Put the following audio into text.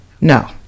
No